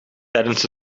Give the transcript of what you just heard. tijdens